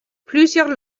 plusieurs